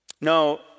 No